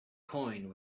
coin